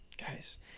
Guys